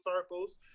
circles